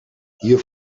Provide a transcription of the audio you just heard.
hier